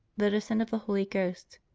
the descent of the holy ghost.